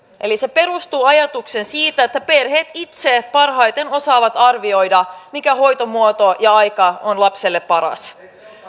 eli se perustuu ajatukseen siitä että perheet itse parhaiten osaavat arvioida mikä hoitomuoto ja aika on lapselle paras